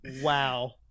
wow